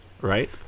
right